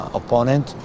opponent